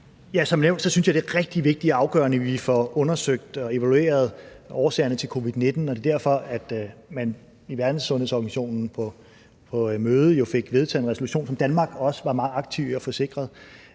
det er rigtig vigtigt og afgørende, at vi får undersøgt og evalueret årsagerne til covid-19. Det er jo derfor, at man i Verdenssundhedsorganisationen på et møde fik vedtaget en resolution, som Danmark også var meget aktiv i at få sikret.